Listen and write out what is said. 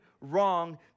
wrong